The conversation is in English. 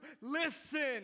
listen